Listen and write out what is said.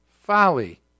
folly